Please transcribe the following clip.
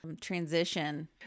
transition